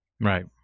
right